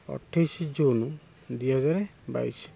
ଅଠେଇଶ ଜୁନ୍ ଦୁଇ ହଜାର ବାଇଶ